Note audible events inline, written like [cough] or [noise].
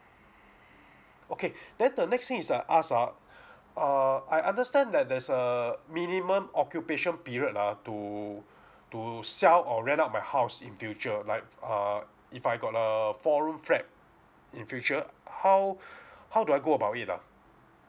okay then the next thing is I ask ah [breath] err I understand that there's a minimum occupation period ah to to sell or rent out my house in future like err if I got a four room flat in future how [breath] how do I go about it ah